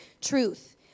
truth